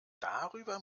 darüber